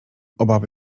obawy